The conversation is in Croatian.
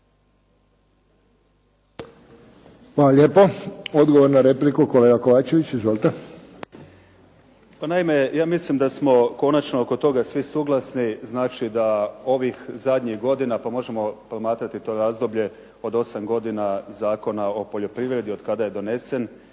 lijepo. Odgovor na repliku, kolega Kovačević. Izvolite. **Kovačević, Dragan (HDZ)** Pa naime, ja mislim da smo konačno oko toga svi suglasni, znači da ovih zadnjih godina pa možemo promatrati to razdoblje od osam godina Zakona o poljoprivredi od kada je donesen,